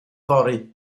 yfory